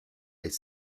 est